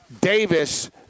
Davis